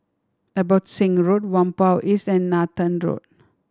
Abbotsingh Road Whampoa East and Nathan Road